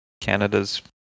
Canada's